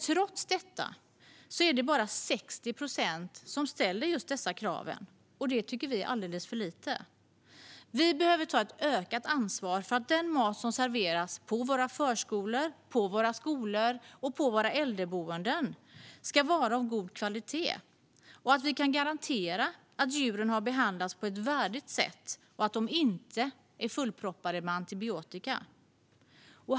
Trots detta är det bara 60 procent som ställer dessa krav. Det tycker vi är alldeles för lite. Vi behöver ta ett ökat ansvar för att den mat som serveras på våra förskolor, skolor och äldreboenden ska vara av god kvalitet och för att vi ska kunna garantera att djuren har behandlats på ett värdigt sätt och inte är fullproppade med antibiotika.